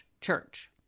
church